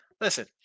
listen